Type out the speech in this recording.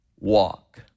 walk